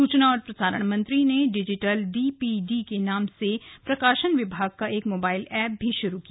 सूचना और प्रसारण मंत्री ने डिजिटल डी पी डी नाम से प्रकाशन विभाग का एक मोबाइल एप भी शुरू किया